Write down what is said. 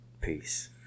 Peace